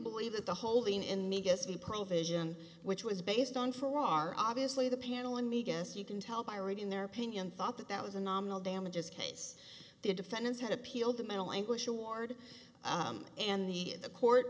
believe that the holding in the guest the provision which was based on four are obviously the panel and me guess you can tell by reading their opinion thought that that was a nominal damages case the defendants had appealed the mental anguish award and the the court